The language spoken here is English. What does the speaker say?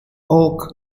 oak